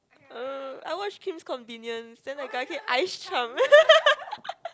I watch Kim's convenience then the guy keep eyes charm